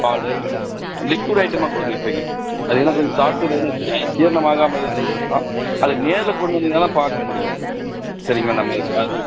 பால் liquid ஐட்டமாக கொடுங்க இப்போக்கி அது எதுனா கொஞ்சம் சாப்பிட்டது ஏதனா ஜ ஜீரணம் ஆகாமல் எதுவும் இருந்திருந்துருக்கலாம் அதை நேரில் கொண்டு வந்தீங்கன்னால் தான் பார்க்க முடியும் சரிங்களா நம்ம இப்போ